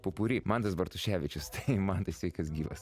popuri mantas bartuševičius tai mantai sveikas gyvas